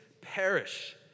perish